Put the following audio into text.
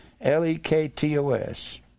l-e-k-t-o-s